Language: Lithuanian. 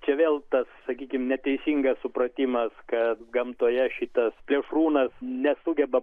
čia vėl tas sakykime neteisingas supratimas kad gamtoje šitas plėšrūnas nesugeba